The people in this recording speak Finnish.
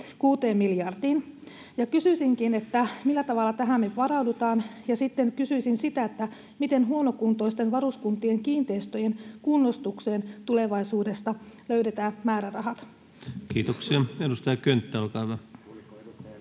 8,6 miljardiin, ja kysyisinkin: millä tavalla tähän varaudutaan? Sitten kysyisin: miten huonokuntoisten varuskuntien kiinteistöjen kunnostukseen tulevaisuudessa löydetään määrärahat? [Mika Kari: Kuuliko